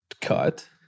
cut